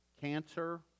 Cancer